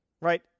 right